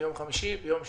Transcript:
ביום חמישי, ביום שישי,